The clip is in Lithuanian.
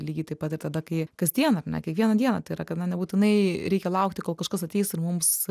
lygiai taip pat ir tada kai kasdieną ar ne kiekvieną dieną tai yra kada nebūtinai reikia laukti kol kažkas ateis ir mums